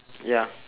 ya